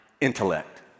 intellect